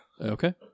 Okay